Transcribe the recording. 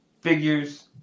figures